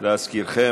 להזכירכם,